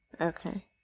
Okay